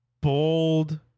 Bold